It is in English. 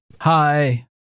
hi